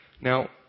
Now